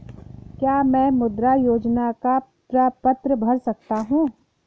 क्या मैं मुद्रा योजना का प्रपत्र भर सकता हूँ?